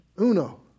Uno